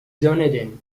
dunedin